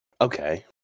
Okay